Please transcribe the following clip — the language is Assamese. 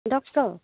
ডক্টৰ